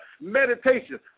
meditation